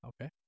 Okay